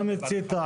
אתה מיצית.